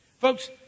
Folks